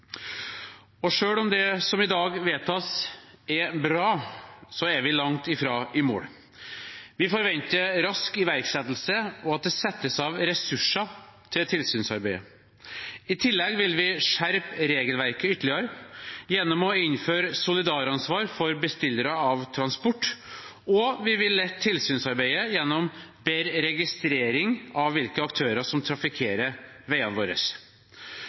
om det som i dag vedtas, er bra, er vi langt fra i mål. Vi forventer rask iverksettelse og at det settes av ressurser til tilsynsarbeidet. I tillegg vil vi skjerpe regelverket ytterligere gjennom å innføre solidaransvar for bestillere av transport, og vi vil lette tilsynsarbeidet gjennom bedre registrering av hvilke aktører som trafikkerer veiene våre.